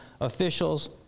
officials